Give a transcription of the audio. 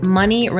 money